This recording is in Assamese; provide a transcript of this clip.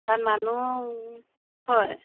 তাত মানুহ হয়